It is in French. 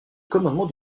commandement